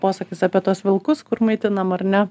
posakis apie tuos vilkus kur maitinam ar ne